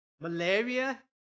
Malaria